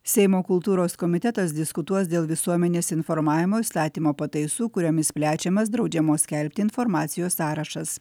seimo kultūros komitetas diskutuos dėl visuomenės informavimo įstatymo pataisų kuriomis plečiamas draudžiamos skelbti informacijos sąrašas